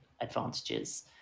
advantages